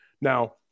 Now